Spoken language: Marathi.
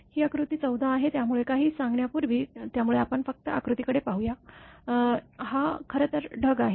ही आकृती १४ आहे त्यामुळे काहीही सांगण्यापूर्वी त्यामुळे आपण फक्त आकृतीकडे पाहू हा खरं तर ढग आहे